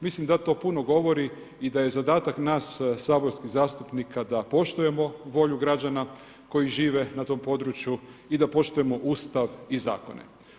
Mislim da to puno govori i da je zadatak nas saborskih zastupnika da poštujemo volju građana koji žive na tom području i da poštujemo Ustav i zakone.